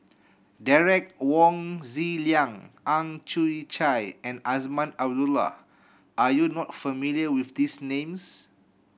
Derek Wong Zi Liang Ang Chwee Chai and Azman Abdullah are you not familiar with these names